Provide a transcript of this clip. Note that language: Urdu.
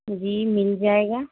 جی مل جائے گا